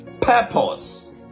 purpose